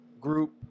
group